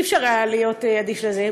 אי-אפשר היה להיות אדיש לזה,